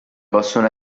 possono